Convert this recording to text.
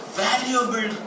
valuable